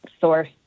source